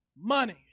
money